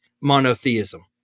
monotheism